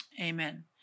Amen